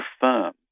firm